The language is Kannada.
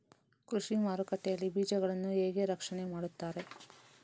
ಕೃಷಿ ಮಾರುಕಟ್ಟೆ ಯಲ್ಲಿ ಬೀಜಗಳನ್ನು ಹೇಗೆ ರಕ್ಷಣೆ ಮಾಡ್ತಾರೆ?